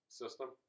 system